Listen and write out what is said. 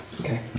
Okay